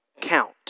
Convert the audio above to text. count